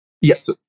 Yes